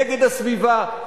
נגד הסביבה,